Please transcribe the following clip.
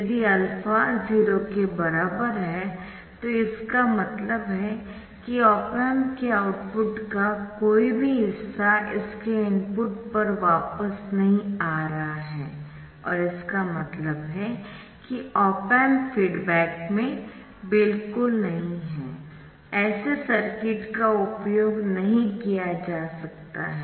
यदि α 0 के बराबर है तो इसका मतलब है कि ऑप एम्प के आउटपुट का कोई भी हिस्सा इसके इनपुट पर वापस नहीं आ रहा है और इसका मतलब है कि ऑप एम्प फीडबैक में बिल्कुल नहीं है ऐसे सर्किट का उपयोग नहीं किया जा सकता है